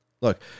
look